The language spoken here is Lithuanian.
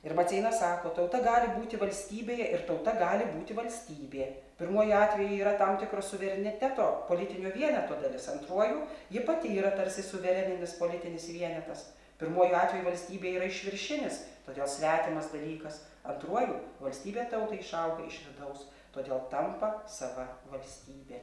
ir maceina sako tauta gali būti valstybėje ir tauta gali būti valstybė pirmuoju atveju yra tam tikro suvereniteto politinio vieneto dalis antruoju ji pati yra tarsi suvereninis politinis vienetas pirmuoju atveju valstybė yra išviršinis todėl svetimas dalykas antruoju valstybė tautai išauga iš vidaus todėl tampa sava valstybė